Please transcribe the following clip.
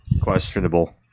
Questionable